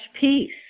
peace